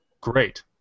great